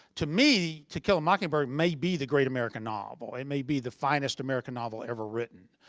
to me, to kill a mockingbird may be the great american novel. it may be the finest american novel ever written.